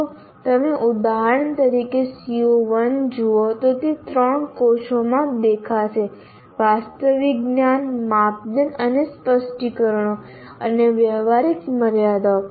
જો તમે ઉદાહરણ તરીકે CO1 જુઓ તો તે ત્રણ કોષોમાં દેખાશે વાસ્તવિક જ્ઞાન માપદંડ અને સ્પષ્ટીકરણો અને વ્યવહારિક મર્યાદાઓ